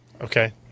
Okay